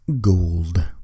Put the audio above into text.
gold